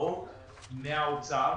באות מהאוצר.